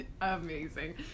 amazing